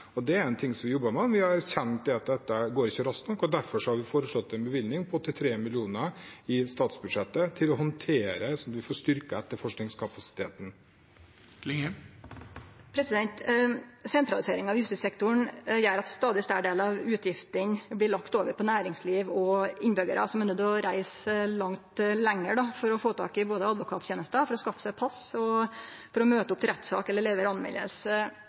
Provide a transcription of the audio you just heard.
justissektoren gjer at ein stadig større del av utgiftene blir lagde over på næringsliv og innbyggjararar, som er nøydde til å reise mykje lenger for å få tak i både advokattenester, for å skaffe seg pass, for å møte opp til rettssak eller